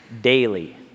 daily